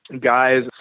guys